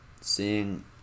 seeing